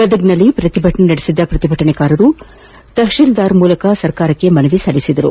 ಗದಗ್ನಲ್ಲಿ ಪ್ರತಿಭಟನೆ ನಡೆಸಿದ ಪ್ರತಿಭಟನಾಕಾರರು ತಹಸೀಲ್ದಾರ್ ಮೂಲಕ ಸರ್ಕಾರಕ್ಕೆ ಮನವಿ ಸಲ್ಲಿಸಿದರು